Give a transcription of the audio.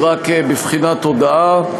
היא רק בבחינת הודעה: